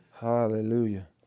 Hallelujah